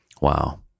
wow